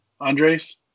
Andres